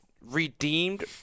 redeemed